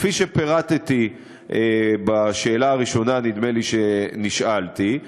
כפי שפירטתי בשאלה הראשונה שנשאלתי,